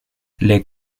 les